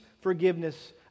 forgiveness